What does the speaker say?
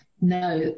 no